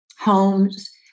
homes